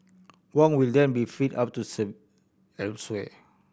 Wong will then be freed up to elsewhere